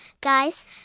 guys